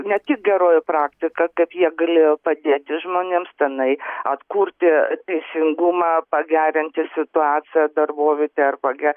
ne tik geroji praktika kaip jie galėjo padėti žmonėms tenai atkurti teisingumą pagerinti situaciją darbovietėje ar page